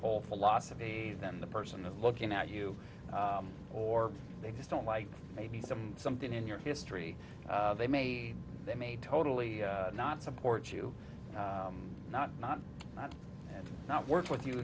whole philosophy than the person that looking at you or they just don't like maybe some something in your history they may they may totally not support you not not not and not work with you